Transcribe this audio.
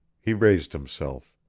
he raised himself.